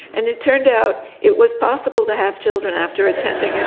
and it turned out it was possible to have children after attending